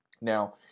Now